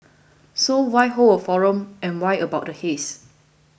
so why hold a forum and why about the haze